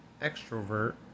extrovert